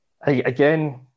again